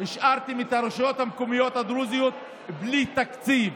השארתם את הרשויות המקומיות הדרוזיות בלי תקציב.